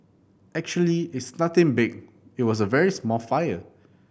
actually it's nothing big it was a very small fire